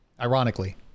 Ironically